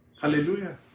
Hallelujah